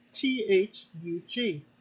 T-H-U-G